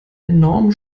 enorm